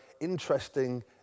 interesting